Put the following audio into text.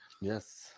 Yes